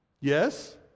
Yes